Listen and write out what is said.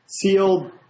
Sealed